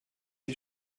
sie